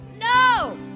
No